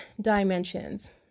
dimensions